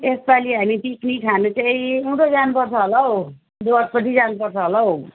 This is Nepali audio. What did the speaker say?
यसपाली हामी पिकनिक खानु चाहिँ उँधो जानुपर्छ होला हौ डुवर्सपट्टि जानुपर्छ होला हौ